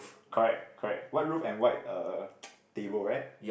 correct correct white roof and white uh table right